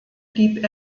blieb